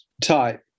type